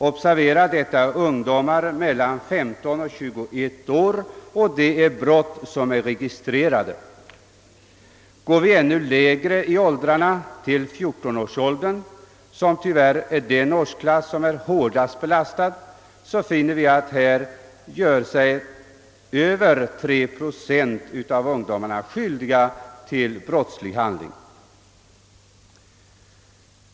Observera att detta gäller ungdomar mellan 15 och 21 år samt de registrerade brotten. Går vi ännu längre ned i åldrarna, till 14-årsåldern — som tyvärr är den årsklass som är hårdast belastad — finner vi att över 3 procent av dessa ungdomar gör sig skyldiga till brottslig handling.